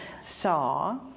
saw